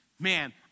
Man